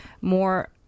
more